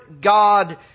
God